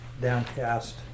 downcast